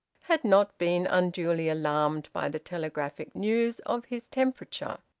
had not been unduly alarmed by the telegraphic news of his temperature,